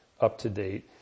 up-to-date